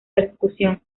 percusión